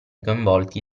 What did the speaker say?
coinvolti